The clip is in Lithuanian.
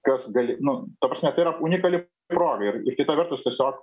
kas gali nu ta prasme tai yra unikali proga ir ir kita vertus tiesiog